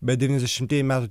bet devyniasdešimtieji metai